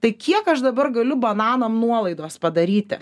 tai kiek aš dabar galiu bananam nuolaidos padaryti